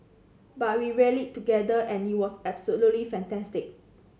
but we rallied together and it was absolutely fantastic